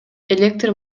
электр